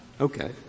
Okay